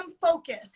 focus